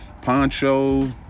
Poncho